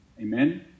Amen